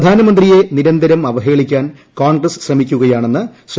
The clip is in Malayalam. പ്രധാനമന്ത്രിയെ നിരന്തരം അവഹേളിക്കാൻ കോൺഗ്രസ് ശ്രമിക്കുകയാണെന്ന് ശ്രീ